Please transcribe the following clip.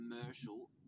commercial